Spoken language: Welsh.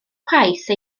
price